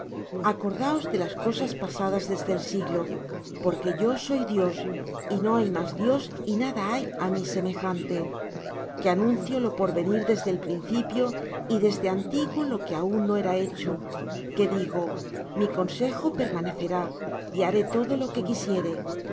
acordaos de las cosas pasadas desde el siglo porque yo soy dios y no hay más dios y nada hay á mí semejante que anuncio lo por venir desde el principio y desde antiguo lo que aun no era hecho que digo mi consejo permanecerá y haré todo lo que quisiere